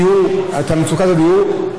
בגלל מצוקת הדיור,